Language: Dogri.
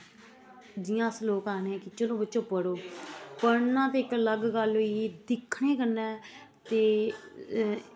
जि'यां अस लोक आखने आं कि चलो बच्चो पढ़ो पढ़ना ते इक अलग गल्ल होई गेई दिक्खने कन्नै ते